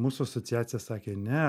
mūsų asociacija sakė ne